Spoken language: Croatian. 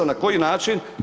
Na koji način?